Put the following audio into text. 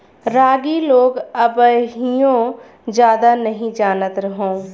रागी लोग अबहिओ जादा नही जानत हौ